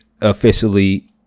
officially